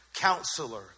Counselor